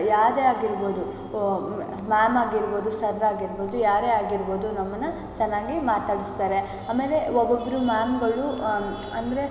ಯಾರೇ ಆಗಿರ್ಬೋದು ಓ ಮ್ಯಾಮ್ ಆಗಿರ್ಬೋದು ಸರ್ ಆಗಿರ್ಬೋದು ಯಾರೇ ಆಗಿರ್ಬೋದು ನಮ್ಮನ್ನು ಚೆನ್ನಾಗಿ ಮಾತಾಡಿಸ್ತಾರೆ ಆಮೇಲೆ ಒಬ್ಬೊಬ್ಬರು ಮ್ಯಾಮ್ಗಳು ಅಂದರೆ